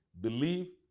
Believe